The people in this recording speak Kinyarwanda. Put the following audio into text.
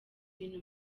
ibintu